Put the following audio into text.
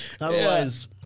Otherwise